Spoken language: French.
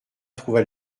trouva